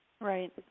Right